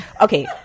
okay